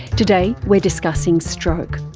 today we're discussing stroke,